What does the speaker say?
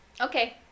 Okay